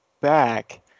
back